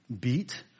Beat